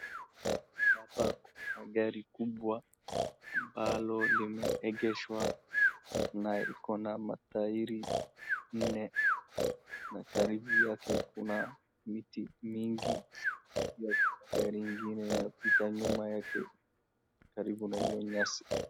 Hapa kuna gari kubwa ambalo limeegeshwa na iko na matairi nne na karibu yake kuna miti mingi. Pia kuna gari ingine inapita nyuma yake karibu na hio nyasi.